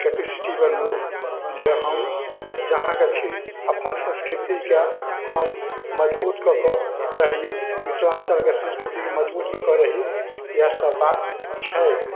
capacity बनबू जे हम जहाँके छी अपन संस्कृतिके हम मजबूत कऽ कऽ रही मिथिलाञ्चलके संस्कृतिके मजबूत कऽ कऽ रही इएहसब बात छै